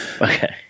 Okay